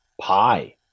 Pie